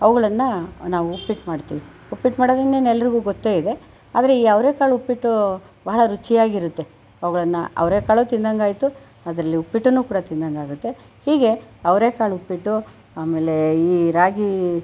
ಅವುಗಳನ್ನು ನಾವು ಉಪ್ಪಿಟ್ಟು ಮಾಡುತ್ತೀವಿ ಉಪಿಟ್ಟು ಮಾಡೋದು ಹೇಗೆ ಅಂದರೆ ಎಲ್ಲರಿಗು ಗೊತ್ತೇ ಇದೆ ಆದರೆ ಈ ಅವರೆ ಕಾಳು ಉಪ್ಪಿಟ್ಟು ಬಹಳ ರುಚಿಯಾಗಿರುತ್ತೆ ಅವುಗಳನ್ನ ಅವರೆಕಾಳು ತಿಂದಂಗಾಯಿತು ಅದರಲ್ಲಿ ಉಪ್ಪಿಟ್ಟನ್ನು ಕೂಡ ತಿಂದಂಗಾಗುತ್ತೆ ಹೀಗೆ ಅವರೆಕಾಳು ಉಪ್ಪಿಟ್ಟು ಆಮೇಲೆ ಈ ರಾಗಿ